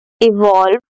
Evolved